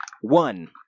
One